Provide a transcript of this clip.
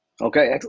Okay